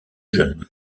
jeune